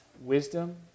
wisdom